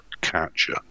catcher